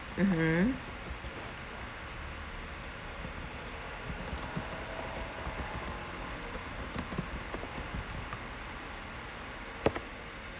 mmhmm